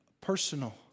personal